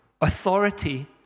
authority